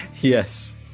yes